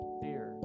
fear